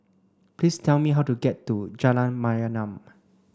please tell me how to get to Jalan Mayaanam